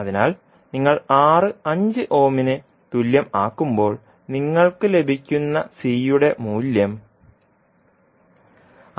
അതിനാൽ നിങ്ങൾ R 5ഓമിന് തുല്യമാക്കുമ്പോൾ നിങ്ങൾക്ക് ലഭിക്കുന്ന C യുടെ മൂല്യം 66